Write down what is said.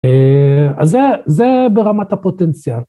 אז זה ברמת הפוטנציאל.